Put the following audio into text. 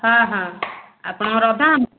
ହଁ ହଁ ଆପଣଙ୍କର ଆଧା